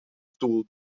stoel